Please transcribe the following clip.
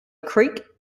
creek